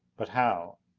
but how,